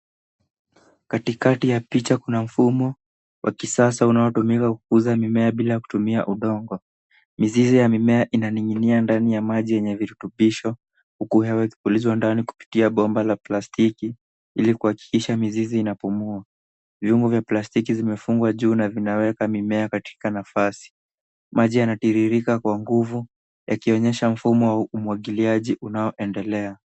Katikati ya picha kuna mfumo wa kisasa unaotumika kukuza mimea bila kutumia udongo. Mizizi ya mimea inaning'inia ndani ya maji yenye virutubisho, huku hewa ikipulizwa ndani kupitia bomba la plastiki ili kuhakikisha mizizi inapumua. Viungo vya plastiki vimefungwa juu na vinaweka mimea katika nafasi. Maji yanatiririka kwa nguvu yakionyesha mfumo wa umwagiliaji unaoendelea.